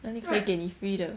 哪里可以给你 free 的